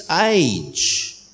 age